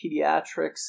pediatrics